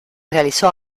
realizó